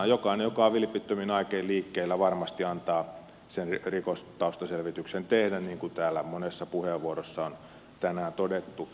jokainen joka on vilpittömin aikein liikkeellä varmasti antaa sen rikostaustaselvityksen tehdä niin kuin täällä monessa puheenvuorossa on tänään todettu